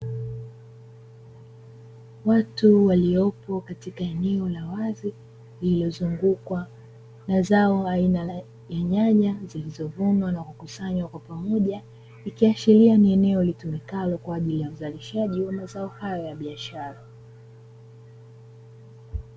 Watu waliopo katika eneo la wazi lililozungukwa na zao la nyanya zililovunwa na kukusanywa kwa pamoja, ikiashiria ni eneo litumikalo kwa ajili ya uzalishaji mazao haya ya biashara.